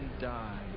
die